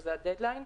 שזה הדד-ליין,